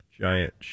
giant